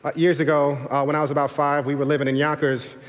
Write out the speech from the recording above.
ah years ago when i was about five, we were living in yonkers,